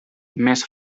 més